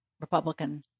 Republican